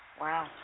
Wow